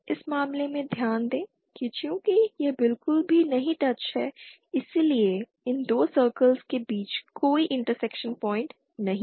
इस मामले में ध्यान दें कि चूंकि यह बिल्कुल भी नहीं टच है इसलिए इन दो सर्कल्स के बीच कोई इंटरसेक्शन पॉइंट नहीं है